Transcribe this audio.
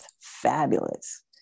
fabulous